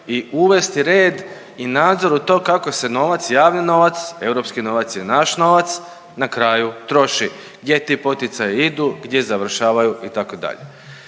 i uvesti red i nadzor u to kako se novac, javni novac, europski novac je naš novac, na kraju troši, gdje ti poticaji idu, gdje završavaju itd.